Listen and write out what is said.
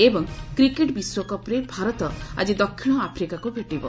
ଏବଂ କ୍ରିକେଟ୍ ବିଶ୍ୱକପ୍ରେ ଭାରତ ଆଜି ଦକ୍ଷିଣ ଆଫ୍ରିକାକୁ ଭେଟିବ